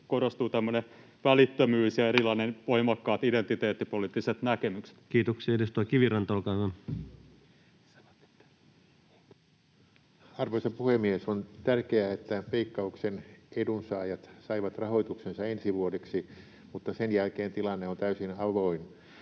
ja erilaiset voimakkaat identiteettipoliittiset näkemykset. Kiitoksia. — Edustaja Kiviranta, olkaa hyvä. Arvoisa puhemies! On tärkeää, että Veikkauksen edunsaajat saivat rahoituksensa ensi vuodeksi, mutta sen jälkeen tilanne on täysin avoin.